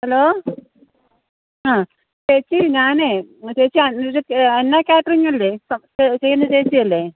hello ആ ചേച്ചി ഞാനേ ചേച്ചി അണ്ണാ കാറ്ററിംഗല്ലേ ചെയ്യുന്ന ചേച്ചിയല്ലേ